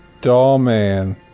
Dollman